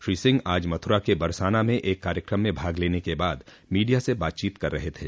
श्री सिंह आज मथुरा के बरसाना में एक कार्यक्रम में भाग लेने के बाद मीडिया से बातचीत कर रहे थे